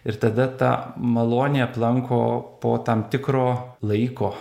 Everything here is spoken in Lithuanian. ir tada ta malonė aplanko po tam tikro laiko